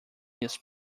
his